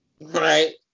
Right